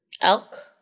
Elk